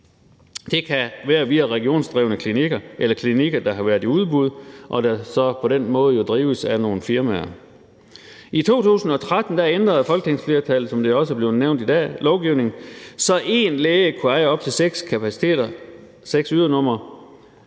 Det kan være via regionsdrevne klinikker eller klinikker, der har været i udbud, der jo så på den måde drives af nogle firmaer. I 2013 ændrede folketingsflertallet, som det også blev nævnt i dag, lovgivningen, så én læge kunne eje op til seks kapaciteter, seks ydernumre